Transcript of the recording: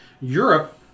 Europe